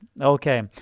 Okay